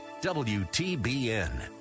WTBN